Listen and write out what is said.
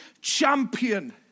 champion